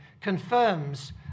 confirms